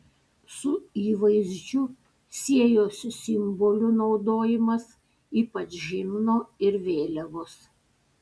su įvaizdžiu siejosi simbolių naudojimas ypač himno ir vėliavos